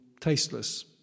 tasteless